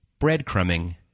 breadcrumbing